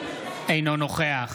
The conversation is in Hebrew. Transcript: אינו נוכח